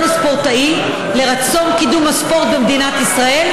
הספורטאי לרצון קידום הספורט במדינת ישראל,